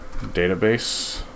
database